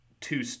two